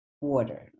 water